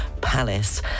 palace